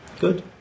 good